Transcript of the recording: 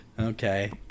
Okay